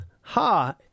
Ha